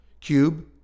Cube